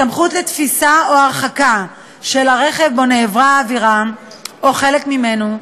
סמכות לתפיסה או הרחקה של הרכב שבו נעברה העבירה או חלק ממנו,